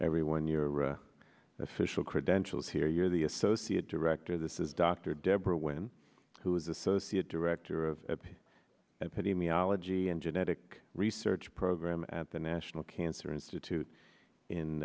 everyone your official credentials here you're the associate director this is dr deborah women who is associate director of the epidemiology and genetic research program at the national cancer institute in